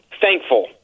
thankful